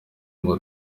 ngo